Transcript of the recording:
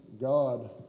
God